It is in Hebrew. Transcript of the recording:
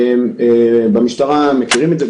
במשטרה מכירים את זה,